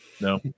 No